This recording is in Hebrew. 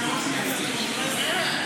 19 עד הסתייגות מס' 23 מסירים.